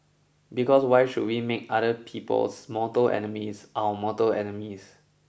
because why should we make other people's mortal enemies our mortal enemies